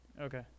Okay